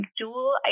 dual